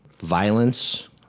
violence